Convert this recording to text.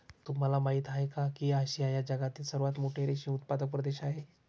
तुम्हाला माहिती आहे का की आशिया हा जगातील सर्वात मोठा रेशीम उत्पादक प्रदेश आहे